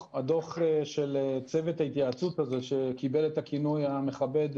הדוח של צוות ההתייעצות הזה שקיבל את הכינוי המכבד,